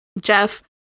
Jeff